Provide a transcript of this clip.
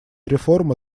реформы